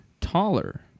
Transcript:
taller